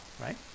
right